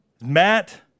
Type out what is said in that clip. Matt